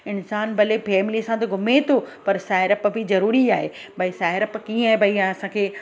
इंसानु भले फैमिली सां त घुमे थो पर साहिड़प बि ज़रूरी आहे भई साहिड़प कीअं आहे भई असांखे